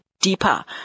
deeper